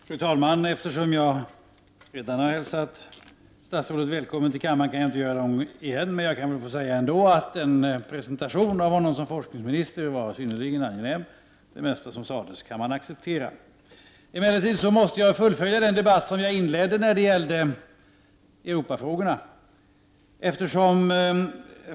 Fru talman! Eftersom jag redan hälsat statsrådet välkommen till kammaren, kan jag inte göra det om igen. Men jag kan väl ändå få säga att presentationen av honom som forskningsminister var synnerligen angenäm. Det mesta som sades kan man acceptera. Emellertid måste jag fullfölja den debatt som jag inledde när det gällde Europafrågorna.